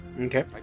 Okay